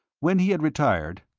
when he had retired